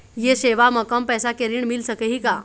ये सेवा म कम पैसा के ऋण मिल सकही का?